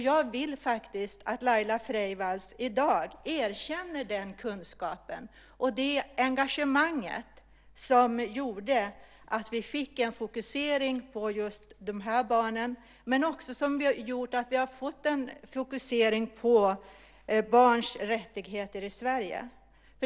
Jag vill faktiskt att Laila Freivalds i dag erkänner den kunskapen och det engagemanget som gjorde att vi fick en fokusering på just de här barnen, men som också gjort att vi har fått en fokusering på barns rättigheter i Sverige.